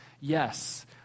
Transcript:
yes